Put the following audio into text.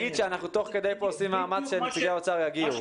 תוך כדי הדיון אנחנו עושים מאמץ שנציגי האוצר יגיעו.